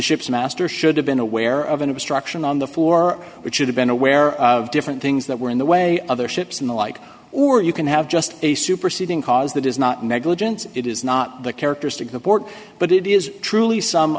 ship's master should have been aware of an obstruction on the floor which should have been aware of different things that were in the way other ships in the like or you can have just a superseding cause that is not negligence it is not the characteristic of the port but it is truly some